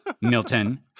Milton